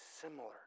similar